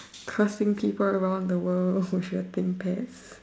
cursing people around the world with your thinkpad